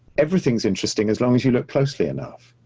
everything's interesting, as long as you look closely enough,